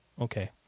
Okay